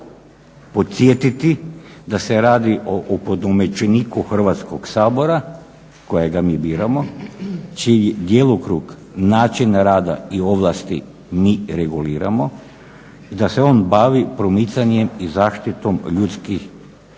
da se radi o opunomoćeniku Hrvatskog sabora kojega mi biramo, čiji djelokrug, način rada i ovlasti mi reguliramo, da se on bavi promicanjem i zaštitom ljudskih prava